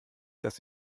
das